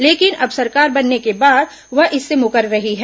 लेकिन अब सरकार बनने के बाद वह इससे मुकर रही है